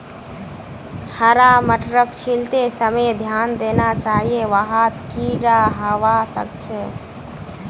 हरा मटरक छीलते समय ध्यान देना चाहिए वहात् कीडा हवा सक छे